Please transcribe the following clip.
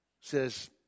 says